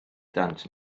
dant